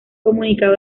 comunicado